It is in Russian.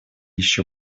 еще